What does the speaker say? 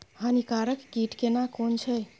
हानिकारक कीट केना कोन छै?